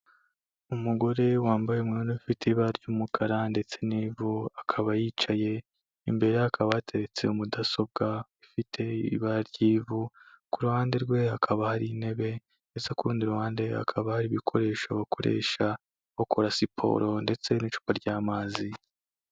Umugore wambaye umwenda ufite ibara ry'umukara ndetse n'ivu, akaba yicaye, imbere ye hakaba hateretse mudasobwa ifite ibara ry'ivu, ku ruhande rwe hakaba hari intebe ndetse ku rundi ruhande, hakaba hari ibikoresho bakoresha bakora siporo ndetse n'icupa ry'amazi.